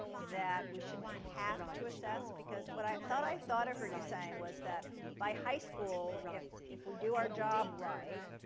that we shouldn't have to assess because what i thought i heard you saying was that by high school, if if we do our job right,